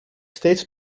steeds